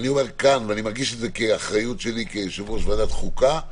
אני מרגיש את זה כאחריות שלי כיושב-ראש ועדת החוקה,